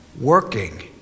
working